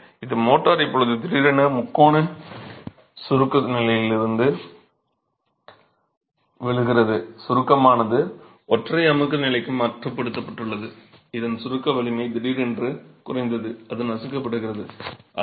எனவே மோர்டார் இப்போது திடீரென முக்கோண சுருக்க நிலையிலிருந்து விழுகிறது சுருக்கமானது ஒற்றை அமுக்கு நிலைக்கு மட்டுப்படுத்தப்பட்டுள்ளது அதன் சுருக்க வலிமை திடீரென்று குறைந்து அது நசுக்கப்படுகிறது